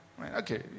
Okay